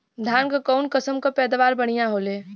धान क कऊन कसमक पैदावार बढ़िया होले?